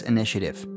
Initiative